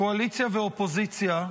קואליציה ואופוזיציה,